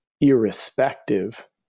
irrespective